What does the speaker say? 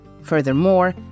Furthermore